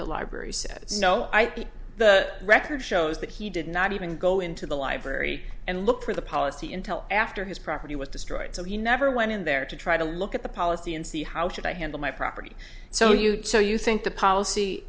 the library says no ip the record shows that he did not even go into the library and look for the policy in tell after his property was destroyed so he never went in there to try to look at the policy and see how should i handle my property so you know you think the policy